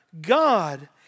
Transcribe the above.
God